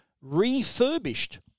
refurbished